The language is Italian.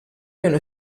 meno